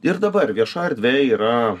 ir dabar viešoj erdvėj yra